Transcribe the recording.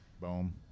Boom